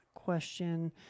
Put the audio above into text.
question